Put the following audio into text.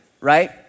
right